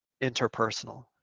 interpersonal